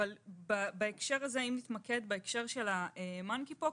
אבל אם נתמקד בהקשר של אבעבועות הקוף,